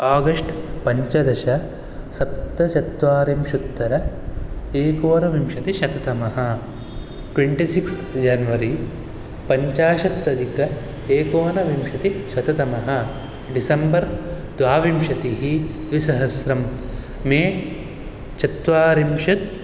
August पञ्चदश सप्तचत्वारिंशुत्तर एकोनविशंशतिशततमः ट्वेन्टिसिक्स्त् जन्वरि पञ्चाशत् अधिक एकोनविंशतिशततमः डिसेम्बर् द्वाविंशतिः द्विसहस्रं मे चत्वारिंशत्